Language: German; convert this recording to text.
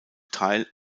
teil